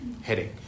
heading